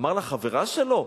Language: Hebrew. אמר לחברה שלו?